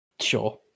Sure